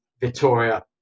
Victoria